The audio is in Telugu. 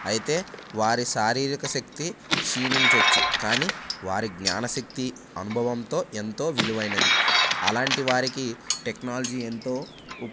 అయితే వారి శారీరక శక్తి క్షీణంచవచ్చు కానీ వారి జ్ఞాన శక్తి అనుభవంతో ఎంతో విలువైనది అలాంటి వారికి టెక్నాలజీ ఎంతో